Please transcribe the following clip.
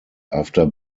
after